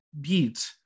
beat